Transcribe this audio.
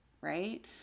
right